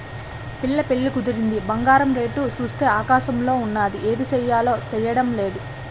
పిల్ల పెళ్లి కుదిరింది బంగారం రేటు సూత్తే ఆకాశంలోన ఉన్నాది ఏమి సెయ్యాలో తెల్డం నేదు